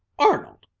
arnold!